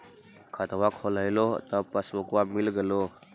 खतवा खोलैलहो तव पसबुकवा मिल गेलो?